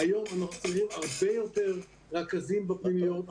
היום אנחנו צריכים הרבה יותר רכזים בפנימיות.